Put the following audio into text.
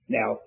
Now